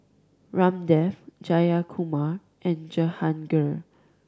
Ramdev Jayakumar and Jehangirr